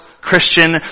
Christian